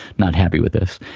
not happy with this.